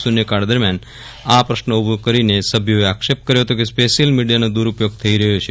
શૂન્યકાળ દરમિયાન આ પ્રશ્ન ઉભો કરીને સભ્યોએ આક્ષેપ કર્યો હતો કે સ્પેશીયલ મીડીયાનો દુરૂપયોગ થઇ રહ્યો છે